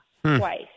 twice